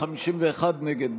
51 נגד,